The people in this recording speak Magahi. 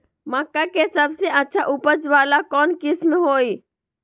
मक्का के सबसे अच्छा उपज वाला कौन किस्म होई?